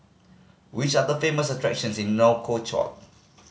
which are the famous attractions in Nouakchott